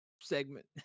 segment